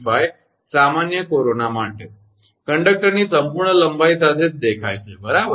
85 સામાન્ય કોરોના માટે કંડક્ટરની સંપૂર્ણ લંબાઈ સાથે જ દેખાય છે બરાબર